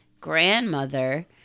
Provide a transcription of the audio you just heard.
grandmother